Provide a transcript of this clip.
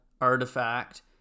artifact